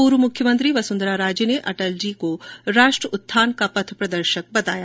पूर्व मुख्यमंत्री वसुंधरा राजे ने अटल जी की राष्ट्र उत्थान का पथप्रदर्शक बताया